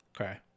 Okay